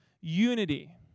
unity